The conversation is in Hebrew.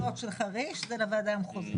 בגבולות של חריש זה בוועדה המחוזית.